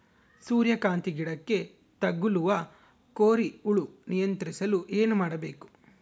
ಸೂರ್ಯಕಾಂತಿ ಗಿಡಕ್ಕೆ ತಗುಲುವ ಕೋರಿ ಹುಳು ನಿಯಂತ್ರಿಸಲು ಏನು ಮಾಡಬೇಕು?